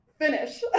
finish